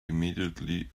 immediately